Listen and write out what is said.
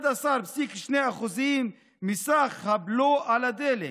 11.2% מסך הבלו על הדלק,